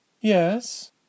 Yes